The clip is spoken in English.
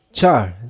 Char